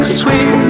sweet